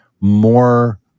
more